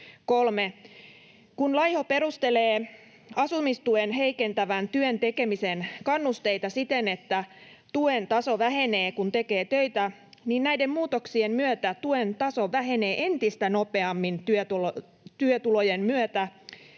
Kun Laiho perustelee asumistuen heikentävän työn tekemisen kannusteita siten, että tuen taso vähenee, kun tekee töitä, niin näiden muutoksien myötä tuen taso vähenee entistä nopeammin työtulojen myötä